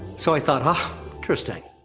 so i thought, ah interesting.